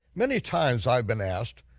many times i've been asked,